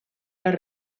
les